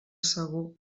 segur